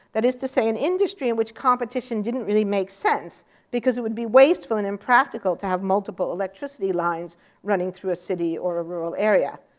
that is to say, an industry in which competition didn't really make sense because it would be wasteful and impractical to have multiple electricity lines running through a city or a rural area.